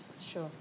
Sure